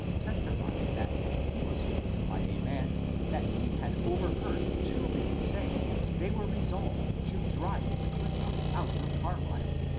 testified that he was told by a man that he had overheard two men say they were resolved to drive m'clintock out of carlisle.